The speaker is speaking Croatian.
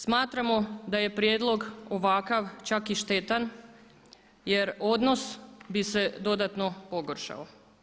Smatramo da je prijedlog ovakav čak i štetan jer odnos bi se dodatno pogoršao.